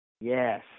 Yes